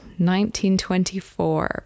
1924